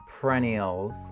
perennials